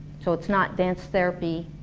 so it is not dance therapy,